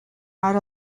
not